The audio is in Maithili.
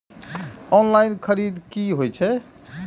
ऑनलाईन खरीद की होए छै?